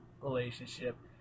relationship